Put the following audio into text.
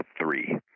three